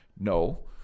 no